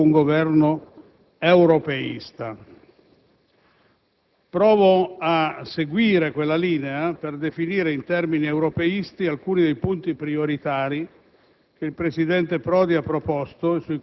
«Il Governo Prodi è in primo luogo un Governo europeista». Provo a seguire quella linea per definire in termini europeisti alcuni dei punti prioritari